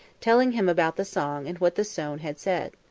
telling him about the song and what the stone had said.